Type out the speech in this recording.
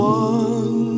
one